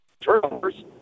turnovers